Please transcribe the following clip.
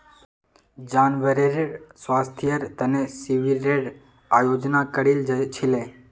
जानवरेर स्वास्थ्येर तने शिविरेर आयोजन करील छिले